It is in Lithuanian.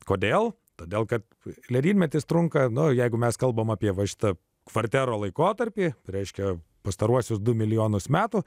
kodėl todėl kad ledynmetis trunka nuo jeigu mes kalbame apie va šitą kvartero laikotarpį reiškia pastaruosius du milijonus metų